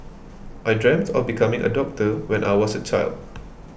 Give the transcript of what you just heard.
I dreamt of becoming a doctor when I was a child